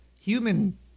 human